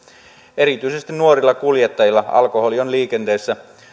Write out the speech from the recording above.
erityisesti nuorilla kuljettajilla alkoholi on liikenteessä